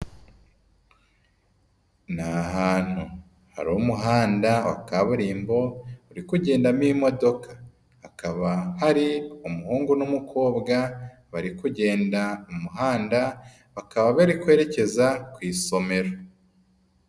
Ni ahantu hari umuhanda wa kaburimbo uri kugendamo imodoka, hakaba hari umuhungu n'umukobwa bari kugenda mu muhanda bakaba bari kwerekeza ku isomero.